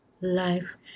life